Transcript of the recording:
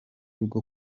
bwo